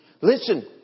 listen